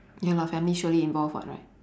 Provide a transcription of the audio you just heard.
ya lor family surely involve [what] right